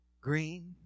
Green